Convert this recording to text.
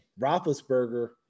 Roethlisberger